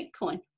bitcoin